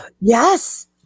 Yes